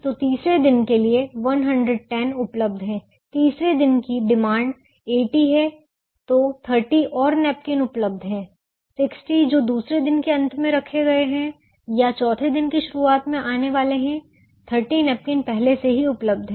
तो तीसरे दिन के लिए 110 उपलब्ध है तीसरे दिन की डिमांड 80 है तो 30 और नैपकिन उपलब्ध हैं 60 जो दूसरे दिन के अंत में रखे गए हैं या चौथे दिन की शुरुआत में आने वाले हैं 30 नैपकिन पहले से ही उपलब्ध हैं